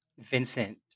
Vincent